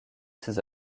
ses